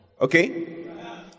okay